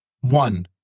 One